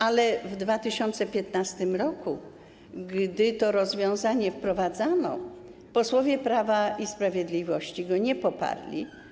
Ale w 2015 r., gdy to rozwiązanie wprowadzano, posłowie Prawa i Sprawiedliwości go nie poparli.